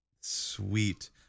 Sweet